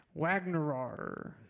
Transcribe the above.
Wagnerar